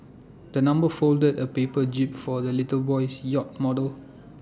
the number folded A paper jib for the little boy's yacht model